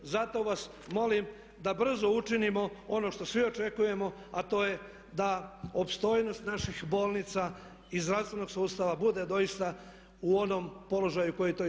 Zato vas molim da brzo učinimo ono što svi očekujemo a to je da opstojnost naših bolnica i zdravstvenog sustava bude doista u onom položaju koji to i zaslužuju.